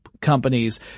companies